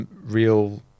real